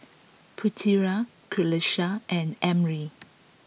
Putera Qalisha and Ammir